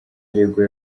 aregwa